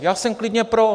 Já jsem klidně pro!